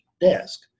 desk